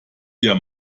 dir